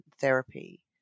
therapy